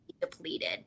depleted